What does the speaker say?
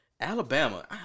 Alabama